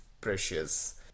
precious